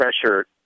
pressure